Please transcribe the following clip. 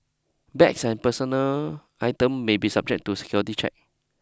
bags and personal items may be subjected to security checks